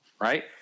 Right